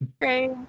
great